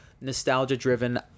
nostalgia-driven